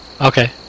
Okay